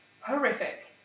Horrific